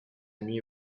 nuit